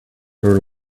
her